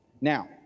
Now